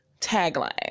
tagline